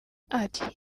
ati